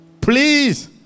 please